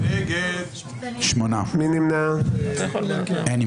הצבעה לא אושרו.